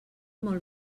molt